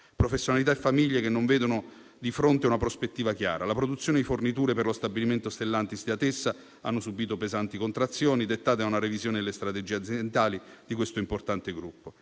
professionalità e famiglie che non vedono di fronte una prospettiva chiara. La produzione di forniture per lo stabilimento Stellantis di Atessa ha subìto pesanti contrazioni, dettate da una revisione delle strategie aziendali di questo importante gruppo.